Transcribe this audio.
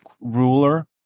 ruler